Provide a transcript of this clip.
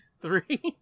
Three